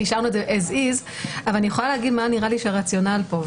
כי השארנו את זה as is אבל אני יכולה לומר מה נראה לי שהרציונל פה.